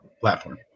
platform